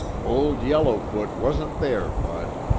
old yellowfoot wasn't there, bud.